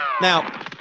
Now